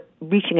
reaching